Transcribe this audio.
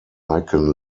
icon